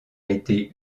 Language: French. été